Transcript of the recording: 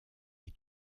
est